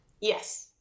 Yes